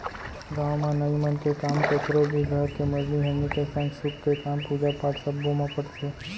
गाँव म नाई मन के काम कखरो भी घर के मरनी हरनी के संग सुख के काम, पूजा पाठ सब्बो म परथे